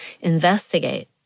investigate